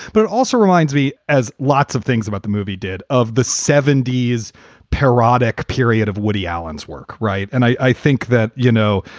but also reminds me as lots of things about the movie did of the seventy s parodic period of woody allen's work. right. and i think that, you know,